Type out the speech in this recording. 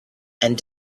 and